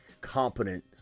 competent